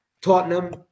Tottenham